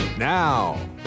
Now